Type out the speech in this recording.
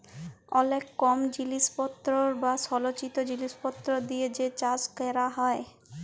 অলেক কম জিলিসপত্তর বা সলচিত জিলিসপত্তর দিয়ে যে চাষ ক্যরা হ্যয়